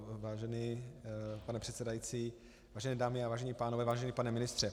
Vážený pane předsedající, vážené dámy a vážení pánové, vážený pane ministře.